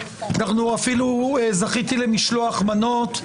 אפילו זכיתי למשלוח מנות.